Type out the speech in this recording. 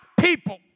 people